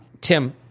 Tim